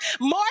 more